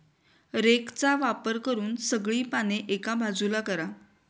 रेकचा वापर करून सगळी पाने एका बाजूला करा